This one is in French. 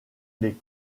les